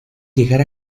llegar